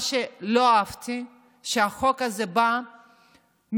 מה שלא אהבתי הוא שהחוק הזה בא כמין,